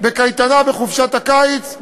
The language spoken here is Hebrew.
בקייטנה בחופשת הקיץ,